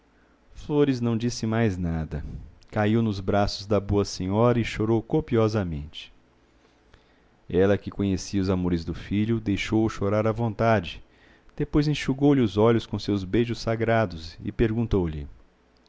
flores não disse mais nada caiu nos braços da boa senhora e chorou copiosamente ela que conhecia os amores do filho deixou-o chorar a vontade depois enxugou lhe os olhos com os seus beijos sagrados e perguntou-lhe